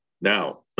now